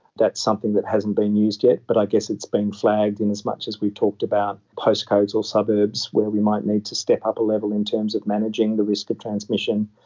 that's something that hasn't been used yet but i guess it's been flagged in as much as we talked about postcodes or suburbs where we might need to step up a level in terms of managing the risk of transmission.